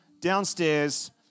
downstairs